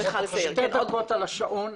שתי דקות על השעון.